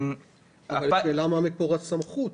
השאלה מה מקור הסמכות.